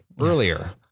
earlier